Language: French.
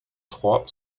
trois